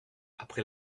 après